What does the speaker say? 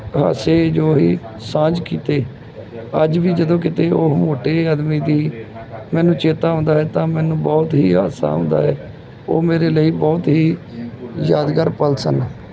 ਹਾਸੇ ਜੋ ਅਸੀਂ ਸਾਂਝੇ ਕੀਤੇ ਅੱਜ ਵੀ ਜਦੋਂ ਕਿਤੇ ਉਹ ਮੋਟੇ ਆਦਮੀ ਦਾ ਮੈਨੂੰ ਚੇਤਾ ਆਉਂਦਾ ਹੈ ਤਾਂ ਮੈਨੂੰ ਬਹੁਤ ਹੀ ਹਾਸਾ ਆਉਂਦਾ ਹੈ ਉਹ ਮੇਰੇ ਲਈ ਬਹੁਤ ਹੀ ਯਾਦਗਾਰ ਪਲ ਸਨ